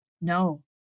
No